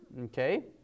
Okay